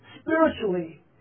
Spiritually